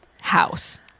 house